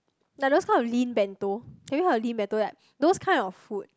like those kind of lean bento have you heard of lean bento like those kind of food